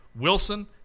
Wilson